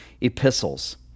epistles